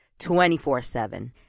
24-7